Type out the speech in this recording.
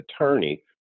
attorney